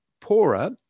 poorer